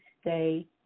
stay